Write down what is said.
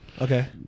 Okay